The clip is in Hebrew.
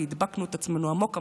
כי הדבקנו את עצמנו עמוק עמוק,